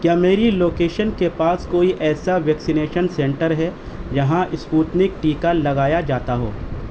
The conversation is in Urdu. کیا میری لوکیشن کے پاس کوئی ایسا ویکسینیشن سنٹر ہے جہاں اسپوتنک ٹیکہ لگایا جاتا ہو